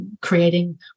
creating